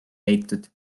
leitud